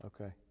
okay